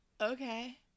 okay